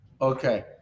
Okay